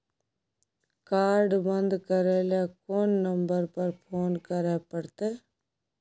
Card बन्द करे ल कोन नंबर पर फोन करे परतै?